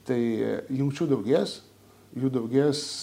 tai jungčių daugės jų daugės